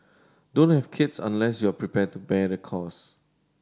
don't have kids unless you prepared to bear the cost